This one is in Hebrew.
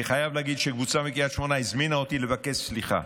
אני חייב להגיד שקבוצה מקרית שמונה הזמינה אותי לבקש סליחה.